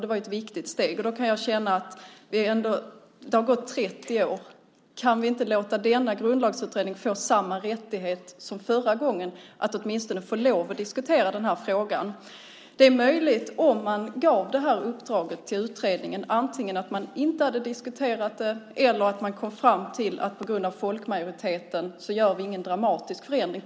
Det var ett viktigt steg. Det har nu gått 30 år. Kan vi inte låta denna grundlagsutredning få samma rättighet som förra gången så att man åtminstone får lov att diskutera den här frågan? Det är möjligt, om man gett uppdraget till utredningen, att de antingen inte skulle diskuterat frågan eller kommit fram till att vi på grund av folkmajoriteten inte gör någon dramatisk förändring.